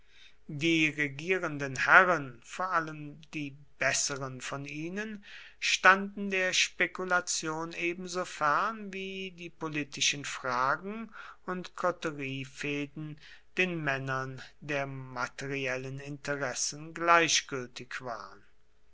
die regierenden herren vor allem die besseren von ihnen standen der spekulation ebenso fern wie die politischen fragen und koteriefehden den männern der materiellen interessen gleichgültig waren